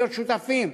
להיות שותפים,